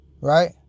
Right